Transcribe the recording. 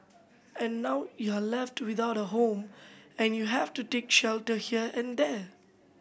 and now you're left without a home and you have to take shelter here and there